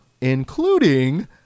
including